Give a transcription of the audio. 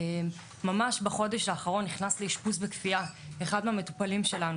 ממש בחודש האחרון נכנס לאשפוז בכפייה אחד מהמטופלים שלנו,